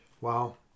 Wow